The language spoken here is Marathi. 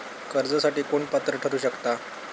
कर्जासाठी कोण पात्र ठरु शकता?